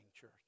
church